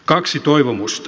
kaksi toivomusta